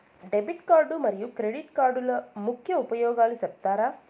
Debit card మరియు credit కార్డుల ముఖ్య ఉపయోగాలు సెప్తారా?